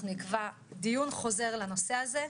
אנחנו נקבע דיון חוזר לנושא הזה.